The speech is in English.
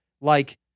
like-